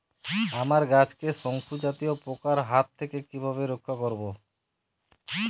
আমার গাছকে শঙ্কু জাতীয় পোকার হাত থেকে কিভাবে রক্ষা করব?